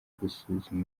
gusuzuma